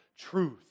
truth